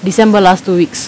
december last two weeks